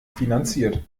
finanziert